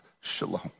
shalom